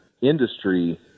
industry